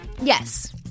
Yes